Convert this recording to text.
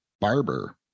Barber